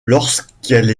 lorsqu’elle